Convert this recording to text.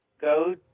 Go